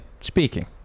speaking